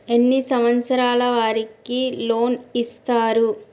ఎన్ని సంవత్సరాల వారికి లోన్ ఇస్తరు?